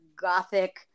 gothic